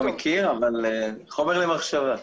לא מכיר, אבל חומר למחשבה.